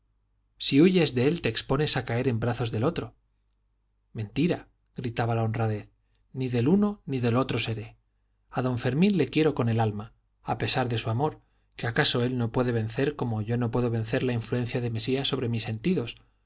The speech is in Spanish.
si huyes de él te expones a caer en brazos del otro mentira gritaba la honradez ni del uno ni del otro seré a don fermín le quiero con el alma a pesar de su amor que acaso él no puede vencer como yo no puedo vencer la influencia de mesía sobre mis sentidos